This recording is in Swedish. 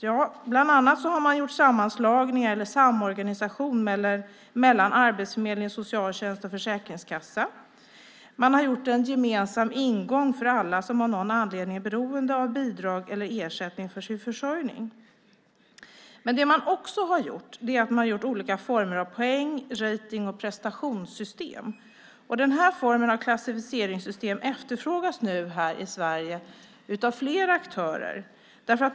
Ja, bland annat har man gjort sammanslagningar eller samorganisation mellan arbetsförmedling, socialtjänst och försäkringskassa. Man har gjort en gemensam ingång för alla som av någon anledning är beroende av bidrag eller ersättning för sin försörjning. Vad man också har gjort är att man infört olika former av poäng-, rating och prestationssystem. Den här formen av klassificeringssystem efterfrågas nu här i Sverige av flera aktörer.